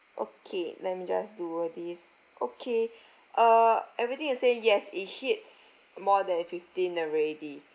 okay let me just do all these okay uh everything it say yes it hits more than fifteen already